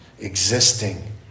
existing